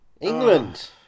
England